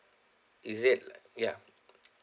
is it like ya